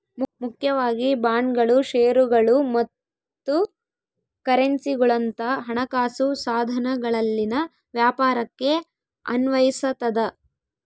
ಮುಖ್ಯವಾಗಿ ಬಾಂಡ್ಗಳು ಷೇರುಗಳು ಮತ್ತು ಕರೆನ್ಸಿಗುಳಂತ ಹಣಕಾಸು ಸಾಧನಗಳಲ್ಲಿನ ವ್ಯಾಪಾರಕ್ಕೆ ಅನ್ವಯಿಸತದ